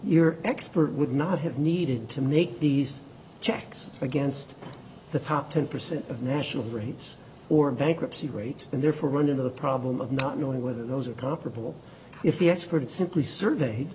your expert would not have needed to make these checks against the top ten percent of national rates or bankruptcy rates and therefore run into the problem of not knowing whether those are comparable if the experts simply survey